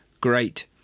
great